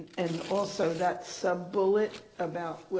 and also that sub-bullet about